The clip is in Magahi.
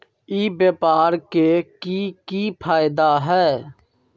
ई व्यापार के की की फायदा है?